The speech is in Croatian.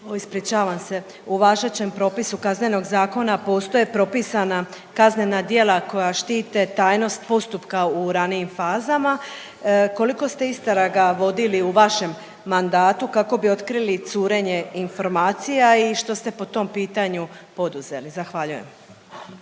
ispričavam se, u važećem propisu kaznenog zakona postoje propisana kaznena djela koja štite tajnost postupka u ranijim fazama. Koliko ste istraga vodili u vašem mandatu kako bi otkrili curenje informacija i što ste po tom pitanju poduzeli? Zahvaljujem.